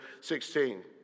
16